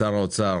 שר האוצר,